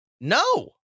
No